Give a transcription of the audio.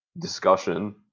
discussion